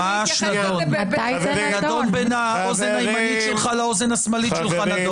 זה נדון בין האוזן הימנית שלך לאוזן השמאלית שלך.